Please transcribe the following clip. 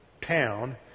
town